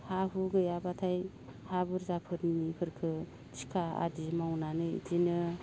हा हु गैयाब्लाथाय हा बुरजाफोरनिखौ थिखा आदि मावनानै इदिनो